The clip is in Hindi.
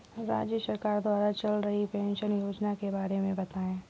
राज्य सरकार द्वारा चल रही पेंशन योजना के बारे में बताएँ?